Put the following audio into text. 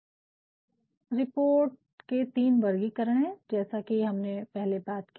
तो ये रिपोर्ट के तीन वर्गीकरण है जैसा कि हमने पहले बात की